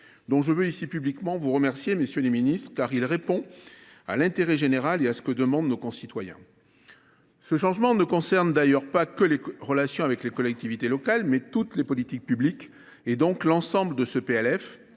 vous remercier publiquement, messieurs les ministres, car il répond à l’intérêt général et à ce que demandent nos concitoyens. Ce changement concerne d’ailleurs non seulement les relations avec les collectivités locales, mais toutes les politiques publiques, et donc l’ensemble de ce PLF